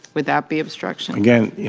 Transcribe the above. would that be obstruction? again, yeah